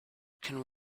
can